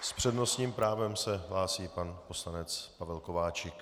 S přednostním právem se hlásí pan poslanec Pavel Kováčik.